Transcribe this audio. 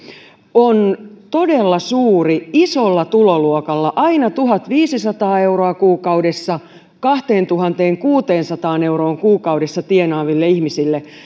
on todella suuri isolla tuloluokalla eli aina tuhatviisisataa euroa kuukaudessa kahteentuhanteenkuuteensataan euroon kuukaudessa tienaaville ihmisille